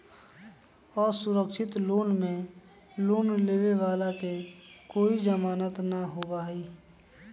असुरक्षित लोन में लोन लेवे वाला के कोई जमानत न होबा हई